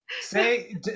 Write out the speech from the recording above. Say